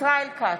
ישראל כץ,